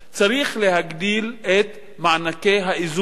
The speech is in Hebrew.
צריך להגדיל את מענקי האיזון,